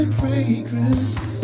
fragrance